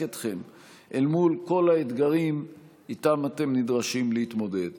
אתכם אל מול האתגרים שאתם נדרשים להתמודד עימם.